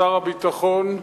שר הביטחון,